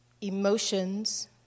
emotions